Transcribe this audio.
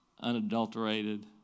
unadulterated